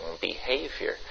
behavior